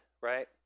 right